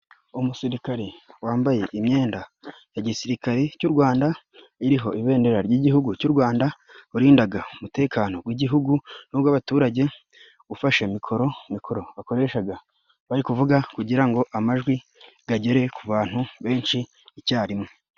Umusirikare wambaye imyenda ya gisirikare cy'u Rwanda iriho ibendera ry'Igihugu cy'u Rwanda, urindaga umutekano gw'Igihugu n'ugw'abaturage, ufashe mikoro, mikoro bakoreshaga bari kuvuga kugira ngo amajwi agere ku bantu benshi icyarimwe.